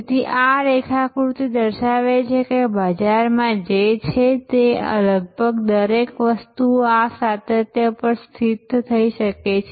તેથી આ રેખાકૃતિ દર્શાવે છે કે બજારમાં જે છે તે લગભગ દરેક વસ્તુ આ સાતત્ય પર સ્થિત થઈ શકે છે